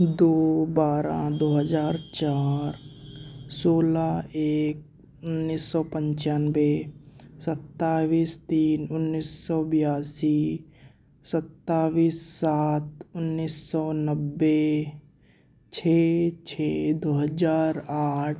दो बारह दो हजार चार सोलह एक उन्नीस सौ पंचानबे सत्ताईस तीन उन्नीस सौ बयासी सत्ताईस सात उन्नीस सौ नब्बे छः छः दो हजार आठ